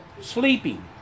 sleeping